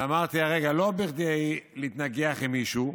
ואמרתי הרגע, לא כדי להתנגח עם מישהו,